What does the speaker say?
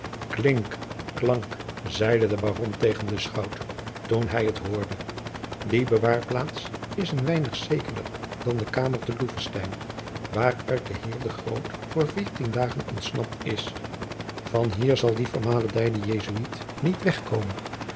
klink klank zeide de baron tegen den schout toen hij het hoorde die bewaarplaats is een weinig zekerder dan de kamer te loevestein waaruit de heer de groot voor veertien dagen ontsnapt is van hier zal die vermaledijde jesuit niet wegkomen